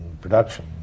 production